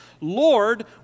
Lord